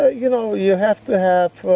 ah you know you have to have.